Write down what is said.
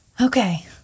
Okay